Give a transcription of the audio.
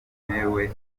utemewe